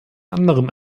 anderen